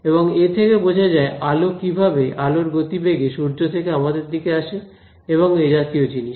এবং এ থেকে বোঝা যায় আলো কিভাবে আলোর গতিবেগে সূর্য থেকে আমাদের দিকে আসে এবং এ জাতীয় জিনিস